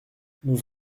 nous